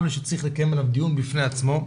צריך לקיים עליו דיון בפני עצמו.